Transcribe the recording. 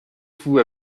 fous